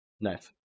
Nice